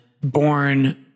born